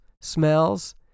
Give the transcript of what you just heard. smells